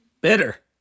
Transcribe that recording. Bitter